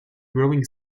growing